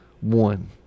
One